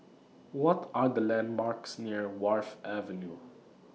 What Are The landmarks near Wharf Avenue